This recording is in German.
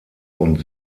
und